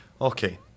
Okay